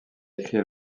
écrire